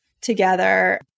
together